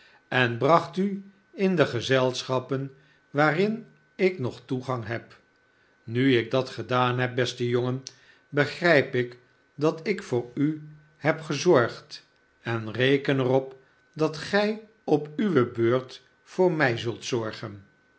en bracht u in de gezelschappen waarin ik nog toegang heb nu ik dat gedaan heb beste jongen begrijp ik dat ik voor u heb gezorgd en reken er op dat gij op uwe beurt voor mij zult zorgen